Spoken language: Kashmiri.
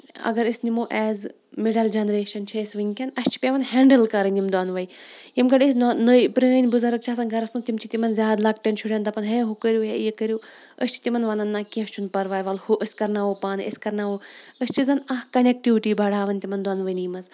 اگر أسۍ نِمو ایز مِڈل جنریشن چھِ أسۍ ؤنکین اَسہِ چھِ پیٚوان ہیٚنڈٕل کَرٕنۍ یِم دوٚنوے یِم گۄڈٕ اَسہِ نٔیٚے پرٲنۍ بُزَرٕگۍ چھِ آسان گرس منٛز تِم چھِ تِمن زیادٕ لۄکٹٮ۪ن شُرٮ۪ن دَپان ہے ہُہ کٔرِو یہِ کٔرِو أسۍ چھِ تِمن وَنان نہ کیٚنٛہہ چھُنہٕ پراوے ولہٕ ہُہ أسۍ کرناوو پانے أسۍ کرناوو أسۍ چھِ زن اکھ کَنیکٹِوٹی بڑاوان تِمن دونوٕنی منٛز